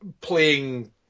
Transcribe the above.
playing